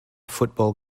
football